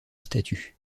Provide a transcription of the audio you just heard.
statue